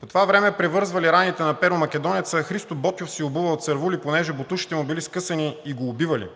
По това време превързвали раните на Перо Македонеца, Христо Ботйов си обувал цървули, понеже ботушите му били скъсани и го убивали.